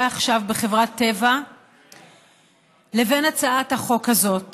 עכשיו בחברת טבע לבין הצעת החוק הזאת